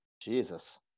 jesus